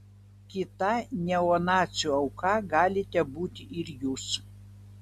kita neonacių auka galite būti ir jūs